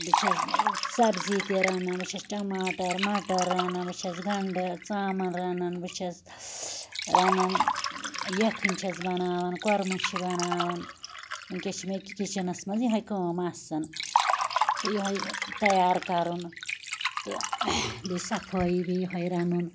بہٕ چھَس سبزی تہِ رنان بہٕ چھَس ٹماٹر مَٹر رنان بہٕ چھَس گَنڈٕ ژامَن رنان بہٕ چھَس رنان یَکھنۍ چھَس بناوان کوٚرمہٕ چھِ بناوان ونکیٚس چھِ مےٚ کچنَس مَنٛز یہے کٲم آسان تہٕ یُہے تیار کَرُن تہ بیٚیہِ صفٲیی بیٚیہِ یہے رَنُن